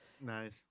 Nice